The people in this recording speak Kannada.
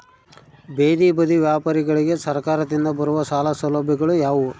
ಬೇದಿ ಬದಿ ವ್ಯಾಪಾರಗಳಿಗೆ ಸರಕಾರದಿಂದ ಬರುವ ಸಾಲ ಸೌಲಭ್ಯಗಳು ಯಾವುವು?